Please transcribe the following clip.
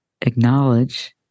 acknowledge